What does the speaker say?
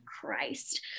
Christ